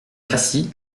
pacy